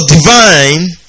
divine